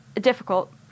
difficult